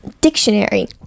dictionary